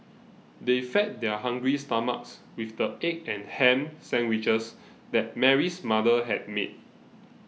they fed their hungry stomachs with the egg and ham sandwiches that Mary's mother had made